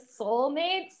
soulmates